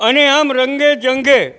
અને આમ રંગેચંગે